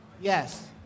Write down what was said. Yes